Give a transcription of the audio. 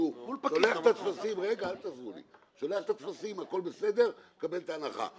הוא שולח את הטפסים, הכול בסדר, מקבל את ההנחה.